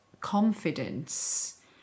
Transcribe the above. confidence